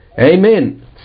Amen